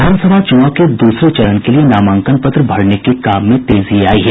विधानसभा चुनाव के दूसरे चरण के लिए नामांकन पत्र भरने के काम में तेजी आयी है